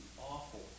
awful